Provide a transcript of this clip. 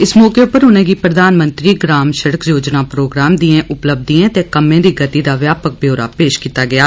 इस मौके उप्पर उनेंगी प्रघानमंत्री ग्राम शिड़क योजना प्रोग्राम दियें उपलब्धियें ते कम्में दी गति दा व्यापक व्यौरा पेश कीता गेआ